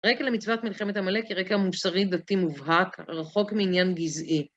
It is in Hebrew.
הרקע למצוות מלחמת עמלק היא רקע מוסרי דתי מובהק, רחוק מעניין גזעי.